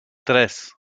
tres